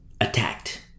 attacked